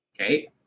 Okay